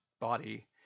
body